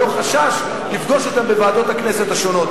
או לא חשש לפגוש אותן בוועדות הכנסת השונות,